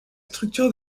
structure